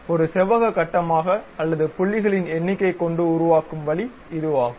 ஒரு செவ்வக கட்டமாக அல்லது புள்ளிகளின் எண்ணிக்கை கொண்டு உருவாக்கும் வழி இதுவாகும்